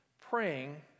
praying